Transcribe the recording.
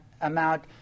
amount